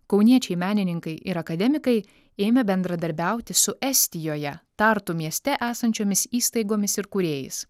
kauniečiai menininkai ir akademikai ėmė bendradarbiauti su estijoje tartu mieste esančiomis įstaigomis ir kūrėjais